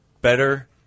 better